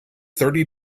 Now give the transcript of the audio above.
thirty